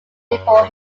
before